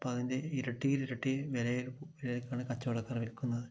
ഇപ്പം അതിൻ്റെ ഇരട്ടിയിൽ ഇരട്ടിയിൽ വിലയിൽ വിലയ്ക്കാണ് കച്ചവടക്കാർ വിൽക്കുന്നത്